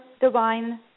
divine